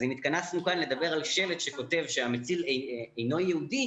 אז אם התכנסנו כאן לדבר על שלט שכותב שהמציל אינו יהודי,